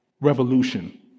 revolution